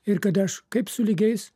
ir kad aš kaip su lygiais